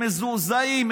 הם מזועזעים.